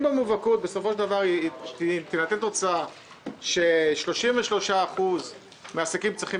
אם במובהקוּת בסופו של דבר תינתן תוצאה ש-33% מן העסקים צריכים